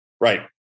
Right